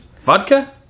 Vodka